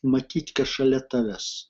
matyt kad šalia tavęs